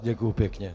Děkuju pěkně.